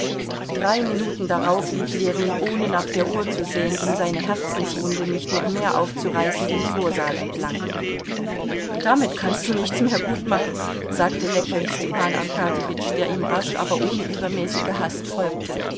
drei minuten darauf lief ljewin ohne nach der uhr zu sehen um seine herzenswunde nicht noch mehr aufzureißen den vorsaal entlang damit kannst du nichts mehr gutmachen sagte lächelnd stepan arkadjewitsch der ihm rasch aber ohne übermäßige hast folgte